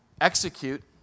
execute